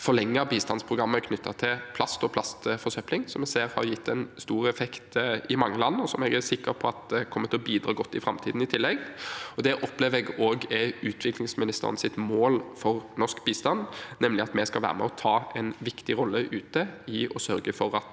forlenget bistandsprogrammet knyt tet til plast og plastforsøpling, som vi ser har gitt en stor effekt i mange land, og som jeg er sikker på at kommer til å bidra godt i framtiden i tillegg. Det opplever jeg også er utviklingsministerens mål for norsk bistand, nemlig at vi skal være med og ta en viktig rolle ute i å sørge for at